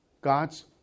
God's